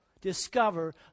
discover